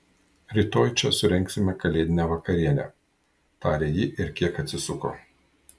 rytoj čia surengsime kalėdinę vakarienę tarė ji ir kiek atsisuko